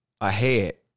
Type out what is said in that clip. ahead